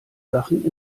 sachen